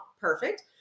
Perfect